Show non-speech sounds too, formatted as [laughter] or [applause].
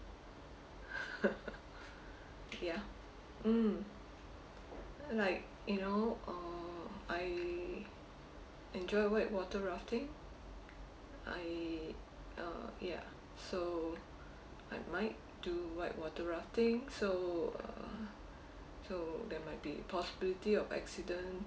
[laughs] ya mm like you know uh I enjoy white water rafting I uh ya so I might do white water rafting so uh so there might be possibility of accident